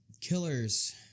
killers